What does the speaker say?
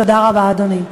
תודה רבה לאדוני.